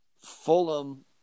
Fulham